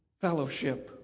fellowship